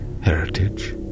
Heritage